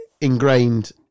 ingrained